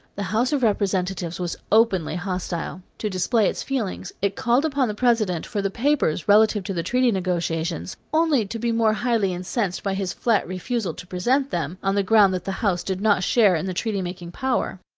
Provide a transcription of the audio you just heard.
the house of representatives was openly hostile. to display its feelings, it called upon the president for the papers relative to the treaty negotiations, only to be more highly incensed by his flat refusal to present them, on the ground that the house did not share in the treaty-making power.